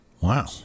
Wow